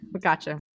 gotcha